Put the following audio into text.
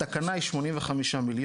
התקנה היא 85 מיליון.